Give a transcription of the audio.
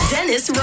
Dennis